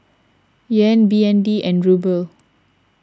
Yen B N D and Ruble